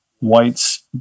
whites